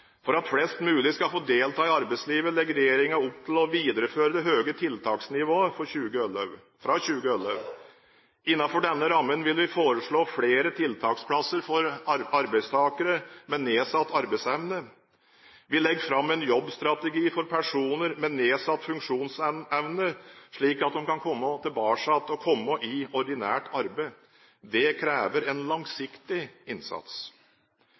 For at flest mulig skal få delta i arbeidslivet, legger regjeringen opp til å videreføre det høye tiltaksnivået fra 2011. Innenfor denne rammen vil vi foreslå flere tiltaksplasser for arbeidstakere med nedsatt arbeidsevne. Vi legger fram en jobbstrategi for personer med nedsatt funksjonsevne slik at de kan komme tilbake i ordinært arbeid. Det krever en langsiktig innsats.